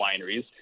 wineries